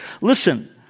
Listen